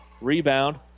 Rebound